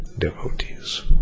Devotees